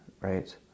right